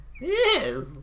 Yes